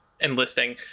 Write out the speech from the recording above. enlisting